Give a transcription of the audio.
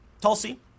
Tulsi